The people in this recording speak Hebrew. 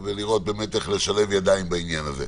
ולראות איך לשלב ידיים בעניין הזה.